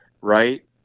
Right